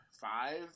five